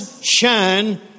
shine